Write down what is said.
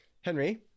henry